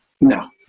No